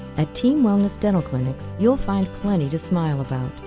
ah team wellness dental clinics you'll find plenty to smile about.